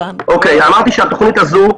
התנשאתי עליו?